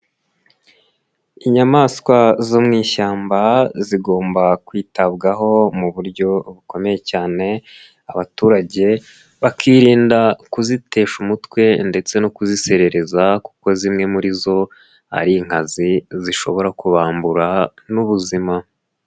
Inyamaswa zo mu ishyamba zigomba kwitabwaho mu buryo bukomeye cyane, abaturage bakirinda kuzitesha umutwe ndetse no kuziserereza kuko zimwe muri zo ari inkazi, zishobora kubambura n'ubuzima.